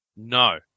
No